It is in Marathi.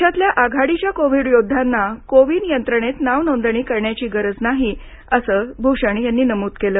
देशातले आघाडीच्या कोविड योद्ध्यांना को विन यंत्रणेत नाव नोंदणी करण्याची गरज नाही असं भूषण यांनी नमूद केलं